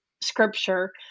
scripture